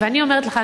ואני אומרת לך,